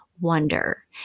wonder